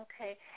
Okay